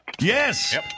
Yes